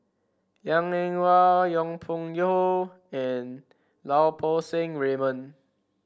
Liang Eng Hwa Yong Pung How and Lau Poo Seng Raymond